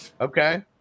Okay